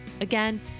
Again